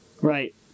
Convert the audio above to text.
Right